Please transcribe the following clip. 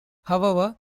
however